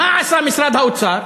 מה עשה משרד האוצר?